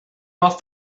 off